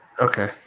Okay